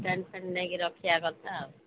tent ଫେଣ୍ଟ ନେଇକି ରଖିବା କଥା